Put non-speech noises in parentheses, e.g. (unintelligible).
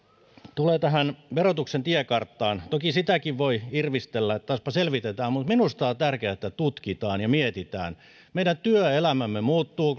tulee tähän verotuksen tiekarttaan toki sitäkin voi irvistellä että taaspa selvitetään mutta minusta on tärkeää että tutkitaan ja mietitään meidän työelämämme muuttuu (unintelligible)